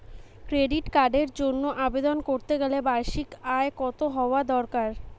Credit কার্ডের জন্য আবেদন করতে গেলে বার্ষিক আয় কত হওয়া দরকার?